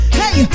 hey